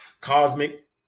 Cosmic